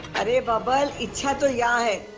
babbal, ichha yeah ah